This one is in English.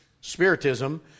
spiritism